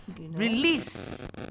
Release